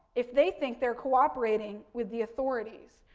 if they think they're cooperating with the authorities.